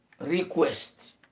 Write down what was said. request